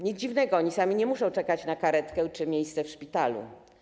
Nic dziwnego, oni sami nie muszą czekać na karetkę czy miejsce w szpitalu.